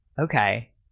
okay